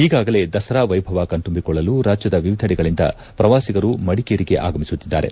ಈಗಾಗಲೇ ದಸರಾ ವೈಭವ ಕಣ್ತಂಬಿಸಿಕೊಳ್ಳಲು ರಾಜ್ಯದ ವಿವಿಧೆಡೆಗಳಿಂದ ಪ್ರವಾಸಿಗರು ಮಡಿಕೇರಿಗೆ ಆಗಮಿಸುತ್ತಿದ್ದಾರೆ